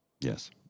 Yes